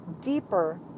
deeper